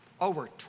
Over